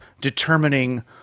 determining